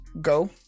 go